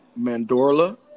Mandorla